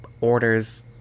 orders